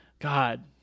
god